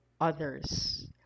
others